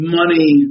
money